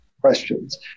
questions